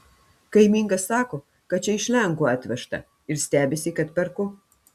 kaimynka sako kad čia iš lenkų atvežta ir stebisi kad perku